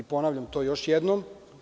Ponavljam to još jednom.